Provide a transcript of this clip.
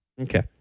Okay